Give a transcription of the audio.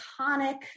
iconic